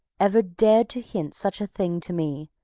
ever dared to hint such a thing to me.